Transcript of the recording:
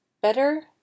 Better